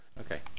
Okay